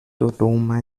dodoma